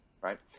Right